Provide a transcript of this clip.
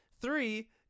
three